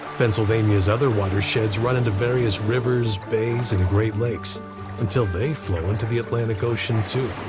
pennsylvania's other watersheds run into various rivers, bays, and great lakes until they flow into the atlantic ocean, too.